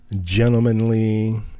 gentlemanly